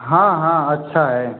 हाँ हाँ अच्छा है